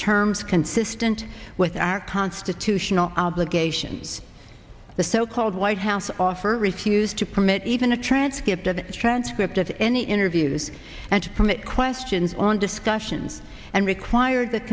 terms consistent with our constitutional obligations the so called white house offer refused to permit even a transcript of a transcript of any interviews and to permit questions on discussions and required th